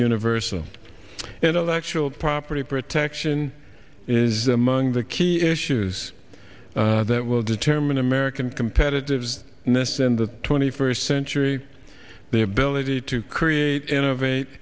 universal intellectual property protection is among the key issues that will determine american competitive nests in the twenty first century the ability to create innovate